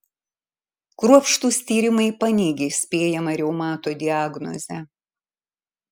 kruopštūs tyrimai paneigė spėjamą reumato diagnozę